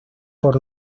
por